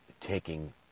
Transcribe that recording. taking